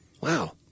Wow